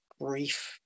grief